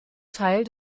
teil